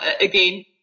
again